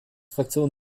fraktion